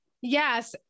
Yes